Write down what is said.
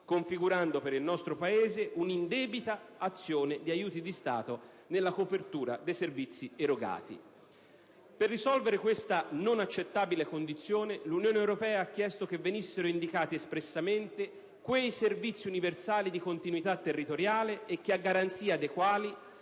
configurando per il nostro Paese una indebita azione di aiuti di Stato nella copertura dei servizi erogati. Per risolvere questa non accettabile condizione, l'Unione europea ha chiesto che venissero indicati espressamente quei servizi universali di continuità territoriale e che a garanzia dei quali